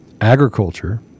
agriculture